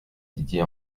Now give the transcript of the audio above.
didier